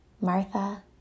Martha